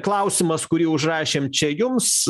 klausimas kurį užrašėm čia jums